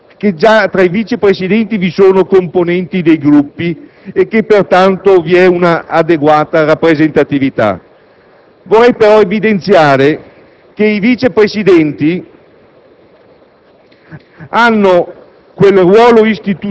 che già tra i Vice presidenti vi sono componenti dei Gruppi e che pertanto vi è un'adeguata rappresentatività. Vorrei però evidenziare che i Vice presidenti